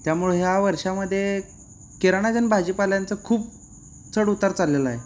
त्यामुळे ह्या वर्षामध्ये किराणाचं आणि भाजीपाल्यांचं खूप चढ उतार चाललेलं आहे